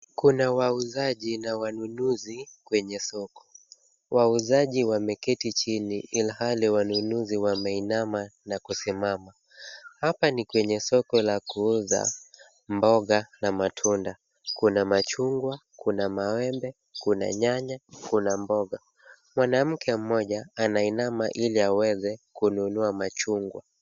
Kuna wauzaji na wanunuzi kwenye soko. Wauzaji wameketi chini, ilhali wanunuzi wameinama na kusimama. Hapa ni kwenye soko la kuuza mboga na matunda. Kuna machungwa, kuna maembe, kuna nyanya, kuna mboga. Mwanamke mmoja anainama ili aweze kununua machungwa.